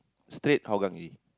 straight Hougang already